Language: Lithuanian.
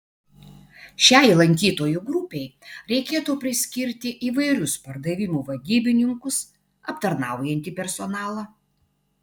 šiai lankytojų grupei reikėtų priskirti įvairius pardavimų vadybininkus aptarnaujantį personalą